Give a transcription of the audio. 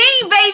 baby